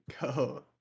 go